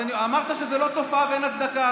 אמרת שזה לא תופעה ואין הצדקה,